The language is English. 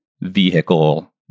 vehicle